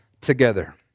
together